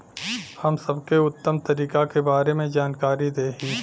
हम सबके उत्तम तरीका के बारे में जानकारी देही?